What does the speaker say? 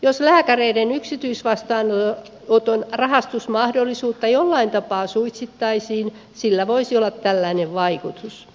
jos lääkäreiden yksityisvastaanoton rahastusmahdollisuutta jollain tapaa suitsittaisiin sillä voisi olla tällainen vaikutus